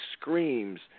screams